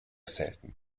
selten